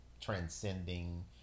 transcending